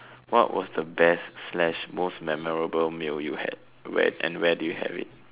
what was the best slash most memorable meal you had when and where did you have it